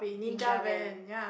Ninja Van